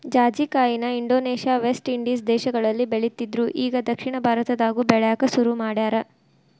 ಜಾಜಿಕಾಯಿನ Indonesia, West Indies ದೇಶಗಳಲ್ಲಿ ಬೆಳಿತ್ತಿದ್ರು ಇಗಾ ದಕ್ಷಿಣ ಭಾರತದಾಗು ಬೆಳ್ಯಾಕ ಸುರು ಮಾಡ್ಯಾರ